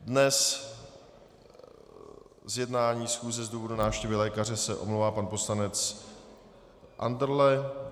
Dnes z jednání schůze z důvodu návštěvy lékaře se omlouvá pan poslanec Andrle.